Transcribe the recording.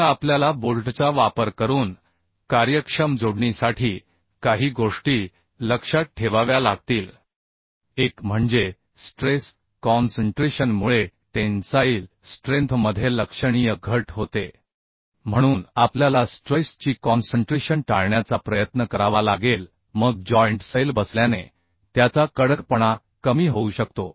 आता आपल्याला बोल्टचा वापर करून कार्यक्षम जोडणीसाठी काही गोष्टी लक्षात ठेवाव्या लागतील एक म्हणजे स्ट्रेस कॉन्सन्ट्रेशन मुळे टेन्साईल स्ट्रेंथ मधे लक्षणीय घट होते म्हणून आपल्याला स्ट्रैस ची कॉन्सन्ट्रेशन टाळण्याचा प्रयत्न करावा लागेल मग जॉइंट सैल बसल्याने त्याचा कडकपणा कमी होऊ शकतो